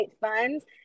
funds